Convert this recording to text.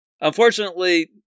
Unfortunately